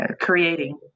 creating